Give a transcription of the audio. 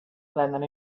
vennero